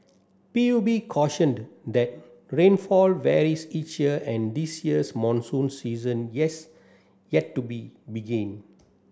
P U B cautioned that rainfall varies each year and this year's monsoon season yes yet to be begin